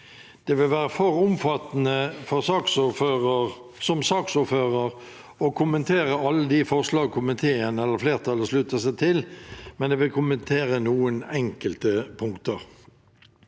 Det vil være for omfattende som saksordfører å kommentere alle de forslag komiteen eller flertallet slutter seg til, men jeg vil kommentere noen enkelte punkter.